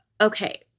Okay